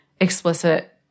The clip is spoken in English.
explicit